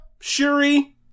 Shuri